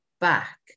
back